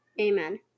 Amen